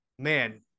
man